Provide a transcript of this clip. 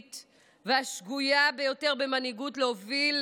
והשגויה ביותר במנהיגות להוביל לשינויים,